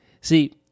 See